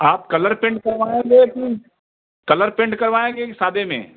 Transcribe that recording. आप colour paint करवाएँगे कि कलर पेंट करवाएँगे कि सादे में